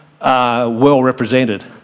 well-represented